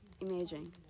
Imaging